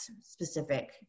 specific